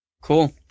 cool